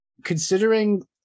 considering